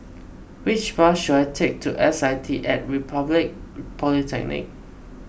which bus should I take to S I T at Republic Polytechnic